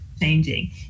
changing